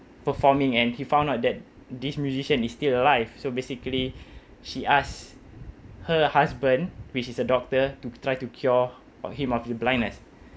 performing and he found out that this musician is still alive so basically she asked her husband which is a doctor to try to cure him of the blindness